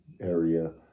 area